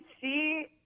see